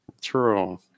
True